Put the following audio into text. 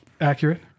accurate